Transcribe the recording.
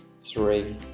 three